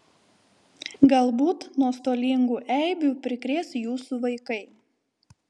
galbūt nuostolingų eibių prikrės jūsų vaikai